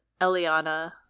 Eliana